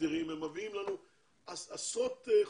אני פותח את הישיבה.